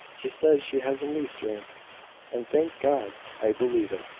she says she has a new strength and, thank god! i believe it.